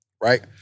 right